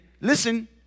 Listen